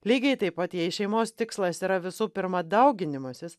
lygiai taip pat jei šeimos tikslas yra visų pirma dauginimasis